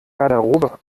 garderobe